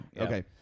okay